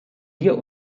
wir